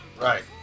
Right